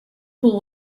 pool